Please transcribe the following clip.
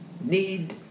need